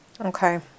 Okay